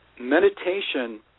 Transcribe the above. meditation